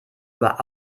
über